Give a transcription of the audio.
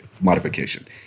modification